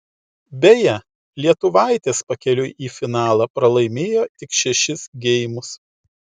beje lietuvaitės pakeliui į finalą pralaimėjo tik šešis geimus